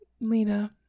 lena